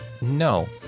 No